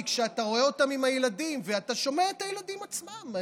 כי כשאתה רואה אותם עם הילדים ואתה שומע את הילדים עצמם,